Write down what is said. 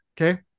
Okay